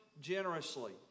generously